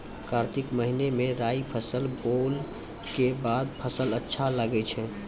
कार्तिक महीना मे राई फसल बोलऽ के बाद फसल अच्छा लगे छै